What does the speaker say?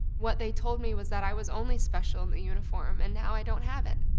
what they told me was that i was only special in the uniform, and now i don't have it.